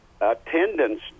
attendance